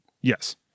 Yes